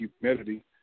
humidity